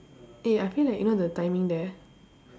eh I feel like you know the timing there